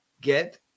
Get